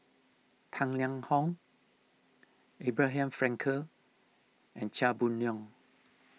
Tang Liang Hong Abraham Frankel and Chia Boon Leong